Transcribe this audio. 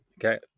Okay